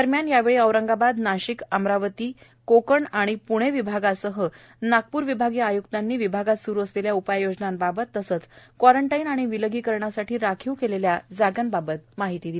दरम्यान यावेळी औरंगाबाद नाशिक अमरावती नागपूर कोकण आणि प्णे विभागीय आय्क्तांनी विभागात सुरु असलेल्या उपाययोजनांबाबत तसेच क्वॉरंटाईन आणि विलगीकरणासाठी राखीव केलेल्या जागांबाबत माहिती दिली